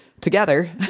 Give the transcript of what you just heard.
together